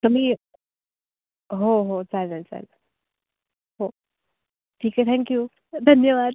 तर मी हो हो चालेल चालेल हो ठीक आहे थँक्यू धन्यवाद